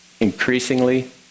increasingly